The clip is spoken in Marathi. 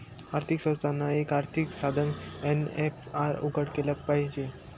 आर्थिक संस्थानांना, एक आर्थिक साधन ए.पी.आर उघडं केलं पाहिजे